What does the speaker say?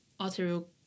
arterial